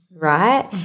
right